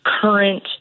current